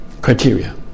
criteria